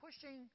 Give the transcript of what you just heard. pushing